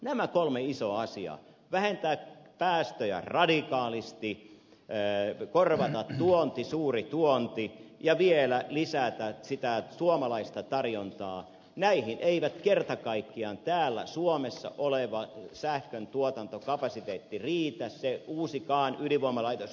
näihin kolmeen isoon asiaan vähentää päästöjä radikaalisti korvata suuri tuonti ja vielä lisätä suomalaista tarjontaa ei kerta kaikkiaan täällä suomessa oleva sähköntuotantokapasiteetti riitä ei se uusikaan ydinvoimalaitos mikä valmistuu